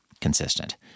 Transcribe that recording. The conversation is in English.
consistent